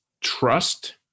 trust